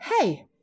hey